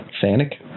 Sonic